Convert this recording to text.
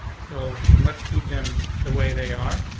so let's keep them the way they are,